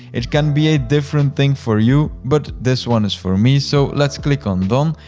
it can be a different thing for you, but this one is for me, so let's click on done.